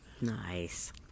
Nice